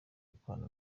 gukorana